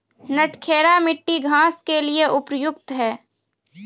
नटखेरा मिट्टी घास के लिए उपयुक्त?